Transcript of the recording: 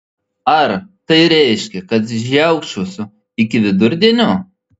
ar tai reiškia kad žiaukčiosiu iki vidurdienio